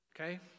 okay